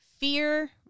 fear